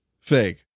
fake